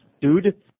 Dude